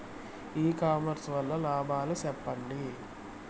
ఇ commerce వల్ల లాభాలు సెప్పండి?